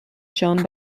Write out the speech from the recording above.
shown